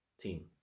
team